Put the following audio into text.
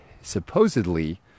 supposedly